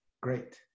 great